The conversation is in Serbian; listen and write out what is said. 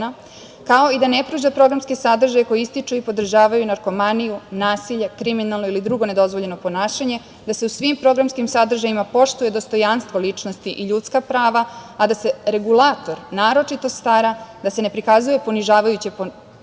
kao i da ne pruža programske sadržaje koje ističu i podržavaju narkomaniju, nasilje, kriminalno ili drugo nedozvoljeno ponašanje, da se u svim programskim sadržajima poštuje dostojanstvo ličnosti i ljudska prava, a da se Regulator naročito stara, da se ne prikazuje ponižavajuće postupanje